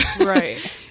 Right